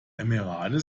emirate